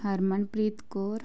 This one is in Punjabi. ਹਰਮਨਪ੍ਰੀਤ ਕੌਰ